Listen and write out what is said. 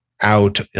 out